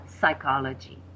psychology